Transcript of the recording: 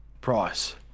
price